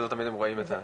כדי